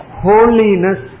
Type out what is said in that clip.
holiness